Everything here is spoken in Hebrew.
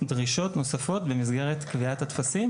דרישות נוספות במסגרת קביעת הטפסים.